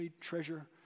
treasure